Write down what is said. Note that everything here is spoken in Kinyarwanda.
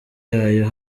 yayo